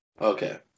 Okay